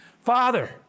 Father